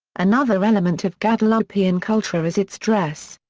another element of guadeloupean culture is its dress.